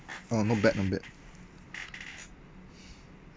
orh not bad not bad